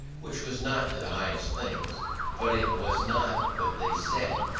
which was not to the highest things but it was not what they said,